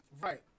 right